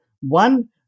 One